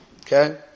Okay